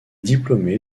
diplômé